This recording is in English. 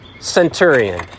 centurion